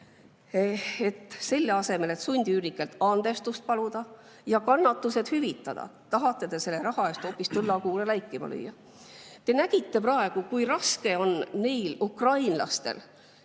et selle asemel, et sundüürnikelt andestust paluda ja nende kannatused hüvitada, tahate te selle raha eest hoopis tõllakuure läikima lüüa. Te näete praegu, kui raske on neil ukrainlastel,